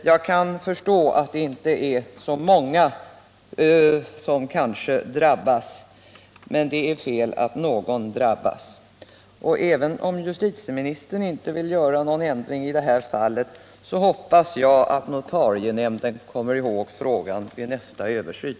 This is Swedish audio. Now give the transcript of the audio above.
Jag förstår att det kanske inte är så många som drabbas, men det är fel att någon drabbas. Även om justitieministern inte vill göra någon ändring i detta fall, hoppas jag att notarienämnden kommer ihåg frågan vid nästa översyn.